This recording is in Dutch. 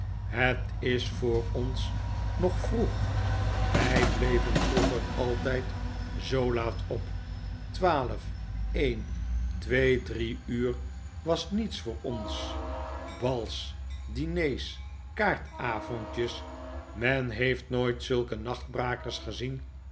het is voor ons nog vroeg wij bleven vroeger altijd zoo laat op twaalf een twee drie uur was niets voor ons bals diners kaartavondjes men heeft nooit zulke nachtbrakers gezien